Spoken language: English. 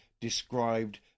described